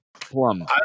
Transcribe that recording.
Plum